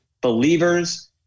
believers